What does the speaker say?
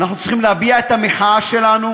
אנחנו צריכים להביע את המחאה שלנו